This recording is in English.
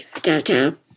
downtown